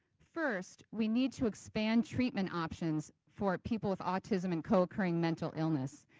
first, we need to expand treatment options for people with autism and co-occurring mental illness.